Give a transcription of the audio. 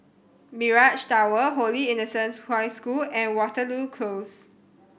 Mirage Tower Holy Innocents' High School and Waterloo Close